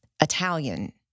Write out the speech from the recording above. Italian